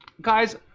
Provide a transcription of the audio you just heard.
Guys